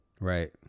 Right